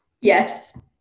Yes